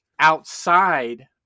outside